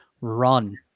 Run